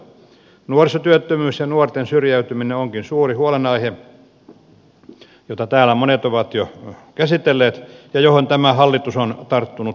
nuorisotyöttömyys ja nuorten syrjäytyminen onkin suuri huolenaihe jota täällä monet ovat jo käsitelleet ja johon tämä hallitus on tarttunut päättäväisesti